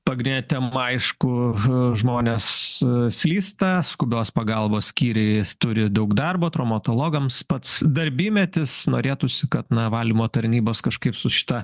pagrindinė tem aišku hu žmonės slysta skubios pagalbos skyriai turi daug darbo traumatologams pats darbymetis norėtųsi kad na valymo tarnybos kažkaip su šita